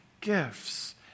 gifts